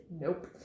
nope